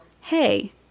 hey